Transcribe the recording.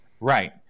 Right